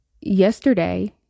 Yesterday